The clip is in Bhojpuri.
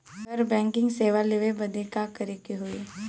घर बैकिंग सेवा लेवे बदे का करे के होई?